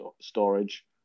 storage